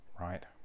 right